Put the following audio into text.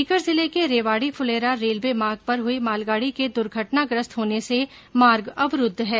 सीकर जिले के रेवाड़ी फुलेरा रेलवे मार्ग पर हुई मालगाड़ी के दुर्घटनाग्रस्त होने से मार्ग अवरूध है